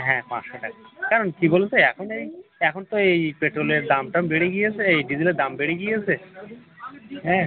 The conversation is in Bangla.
হ্যাঁ পাঁচশো টাকা কারণ কী বলুন তো এখন এই এখন তো এই পেট্রোলের দাম টাম বেড়ে গিয়েছে এই ডিজেলের দাম বেড়ে গিয়েছে হ্যাঁ